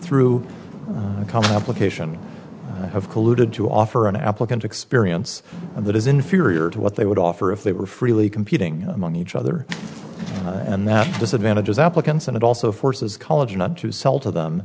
through the complication have colluded to offer an applicant experience and that is inferior to what they would offer if they were freely competing among each other and that disadvantages applicants and it also forces college not to sell to them